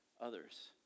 others